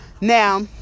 now